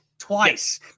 Twice